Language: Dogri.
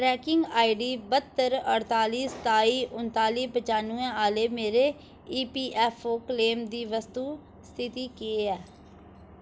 ट्रैकिंग आईडी बत्तर अठताली सताई उन्ताली पचानवैं आह्ले मेरे ईपीऐफ्फओ क्लेम दी वस्तु स्थिति केह् ऐ